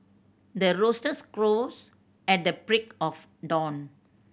the roosters crows at the break of dawn